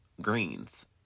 greens